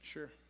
Sure